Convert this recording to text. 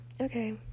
okay